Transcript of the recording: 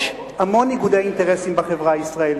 יש המון ניגודי אינטרסים בחברה הישראלית,